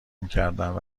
میکردند